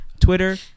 twitter